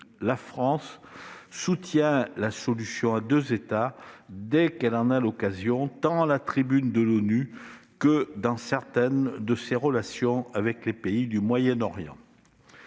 La France soutient la solution à deux États dès qu'elle en a l'occasion, tant à la tribune de l'ONU que dans certaines de ses relations avec les pays du Moyen-Orient.